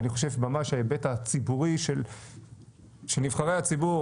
אני חושב ממש ההיבט הציבורי של נבחרי הציבור,